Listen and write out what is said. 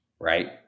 right